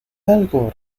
algo